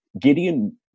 Gideon